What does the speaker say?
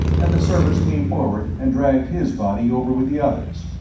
and the servants came forward and dragged his body over with the others.